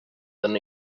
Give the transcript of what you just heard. than